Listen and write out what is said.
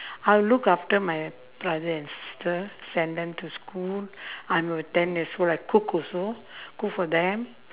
I'll look after my brother and sister send them to school I will ten years old I cook also cook for them